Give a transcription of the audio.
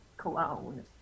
Cologne